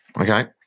Okay